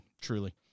truly